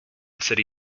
city